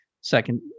second